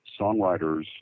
songwriters